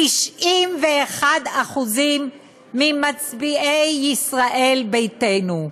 91% ממצביעי ישראל ביתנו.